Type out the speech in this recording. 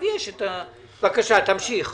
אדוני היושב-ראש,